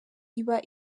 iba